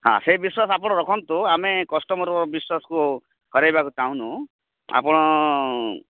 ହଁ ସେଇ ବିଶ୍ୱାସ ଆପଣ ରଖନ୍ତୁ ଆମେ କଷ୍ଟମର୍ ବିଶ୍ୱାସକୁ ହରେଇବାକୁ ଚାହୁଁନୁ ଆପଣ